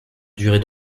durée